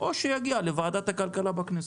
או שיגיע לוועדת הכלכלה בכנסת.